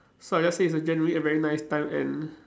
so I just say it's a generally a very nice time and